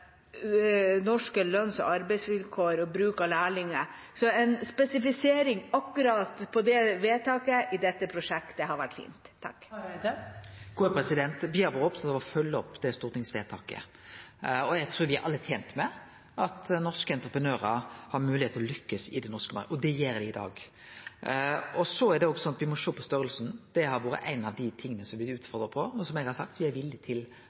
norske lønns- og arbeidsvilkår og bruk av lærlinger. Så en spesifisering akkurat på det vedtaket i dette prosjektet hadde vært fint. Me er opne for å følgje opp det stortingsvedtaket. Eg trur me alle er tente med at norske entreprenørar har moglegheit til å lykkast i den norske marknaden, og det gjer dei i dag. Så må me òg sjå på størrelsen. Det har vore ein av dei tinga som me er utfordra på, og som eg har sagt me er villige til